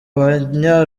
banya